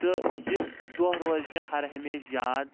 تہٕ یہِ دۄہ روزِ مے ہر ہمیشہِ یاد